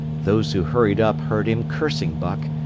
those who hurried up heard him cursing buck,